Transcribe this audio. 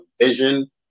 vision